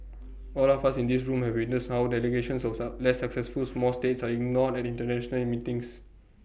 all of us in this room have witnessed how delegations of suss less successful small states are ignored at International at meetings